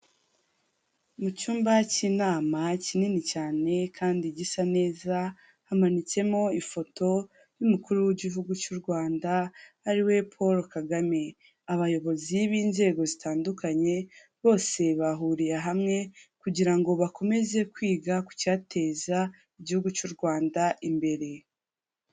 Mu cyumba k'inama kinini cyane kandi gisa neza, hamanitsemo ifoto y'umukuru w'igihugu cy'u Rwanda ariwe Paul Kagame. Abayobozi b'inzego zitandukanye bose bahuriye hamwe kugira ngo bakomeze kwiga ku cyateza igihugu cy'u Rwanda imbere.